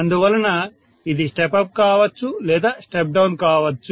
అందువలన ఇది step up కావచ్చు లేదా స్టెప్ డౌన్ కావచ్చు